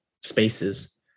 spaces